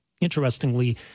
Interestingly